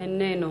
איננו.